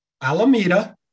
Alameda